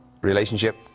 relationship